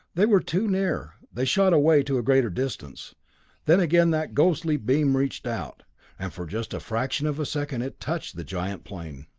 they were too near they shot away to a greater distance then again that ghostly beam reached out and for just a fraction of a second it touched the giant plane.